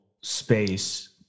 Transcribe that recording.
space